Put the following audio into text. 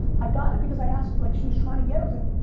i got it because i asked. like she was trying to get, i was like,